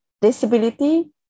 disability